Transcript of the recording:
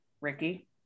Ricky